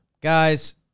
Guys